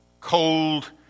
cold